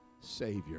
Savior